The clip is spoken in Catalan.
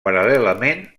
paral·lelament